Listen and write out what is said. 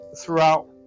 throughout